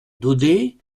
daudet